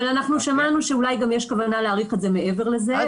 אבל אנחנו שמענו שאולי גם יש כוונה להאריך את זה מעבר לזה.